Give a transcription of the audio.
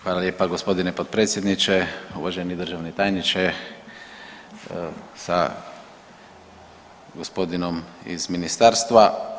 Hvala lijepa gospodine potpredsjedniče, uvaženi državni tajniče sa gospodinom iz ministarstva.